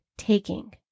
Taking